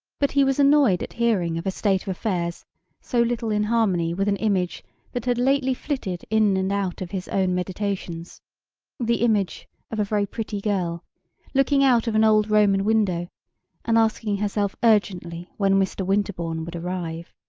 but he was annoyed at hearing of a state of affairs so little in harmony with an image that had lately flitted in and out of his own meditations the image of a very pretty girl looking out of an old roman window and asking herself urgently when mr. winterbourne would arrive.